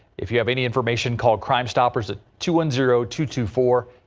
if you have any information call crime stoppers at two, one, zero, two to four.